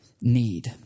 need